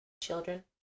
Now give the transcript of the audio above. Children